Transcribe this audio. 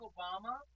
Obama